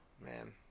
Man